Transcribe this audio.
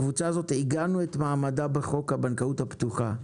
הקבוצה הזאת עיגנו את מעמדה בחוק הבנקאות הפתוחה.